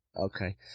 okay